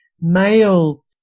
male